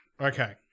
Okay